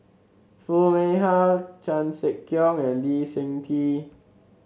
Foo Mee Har Chan Sek Keong and Lee Seng Tee